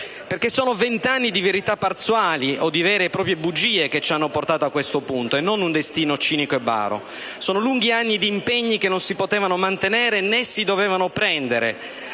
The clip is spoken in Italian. infatti, vent'anni di verità parziali o di vere e proprie bugie che ci hanno portato a questo punto e non un destino cinico e baro. Sono stati lunghi anni di impegni che non si potevano mantenere né si dovevano prendere,